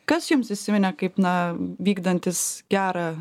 kas jums įsiminė kaip na vykdantys gerą